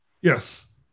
Yes